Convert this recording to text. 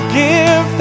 give